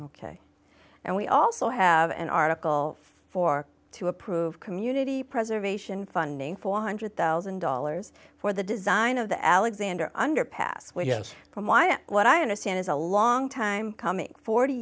ok and we also have an article for to approve community preservation funding four hundred thousand dollars for the design of the alexander underpass with us from what i understand is a long time coming forty